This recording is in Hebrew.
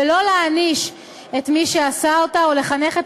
ולא להעניש את מי שעשה אותה או לחנך את